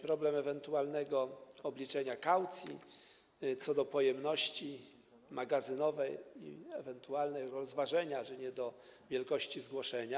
Problem ewentualnego obliczenia kaucji co do pojemności magazynowej i ewentualnego rozważenia, czy nie co do wielkości zgłoszenia.